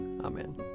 Amen